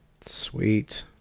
Sweet